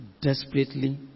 desperately